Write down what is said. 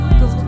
go